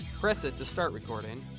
press it to start recording.